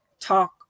talk